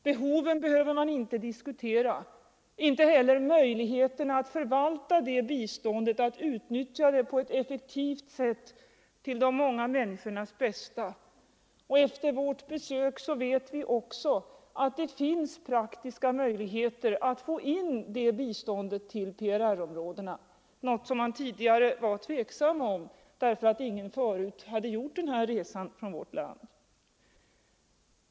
Behoven behöver man inte diskutera, inte heller möjligheterna att förvalta biståndet, att utnyttja det på ett effektivt sätt till de många människornas bästa. Och efter vårt besök vet vi också att det finns praktiska möjligheter att få in det biståndet till PRR-områdena, något som man tidigare var tveksam om därför att ingen förut hade gjort den här resan från vårt land.